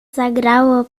zagrało